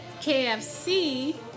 KFC